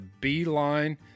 beeline